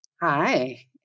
Hi